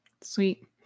Sweet